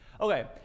Okay